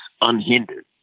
unhindered